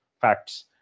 facts